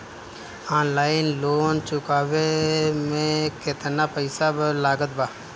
Online loan चुकवले मे केतना पईसा लागत बा?